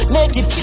Naked